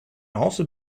also